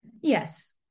yes